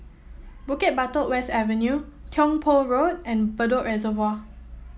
Bukit Batok West Avenue Tiong Poh Road and Bedok Reservoir